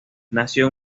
nació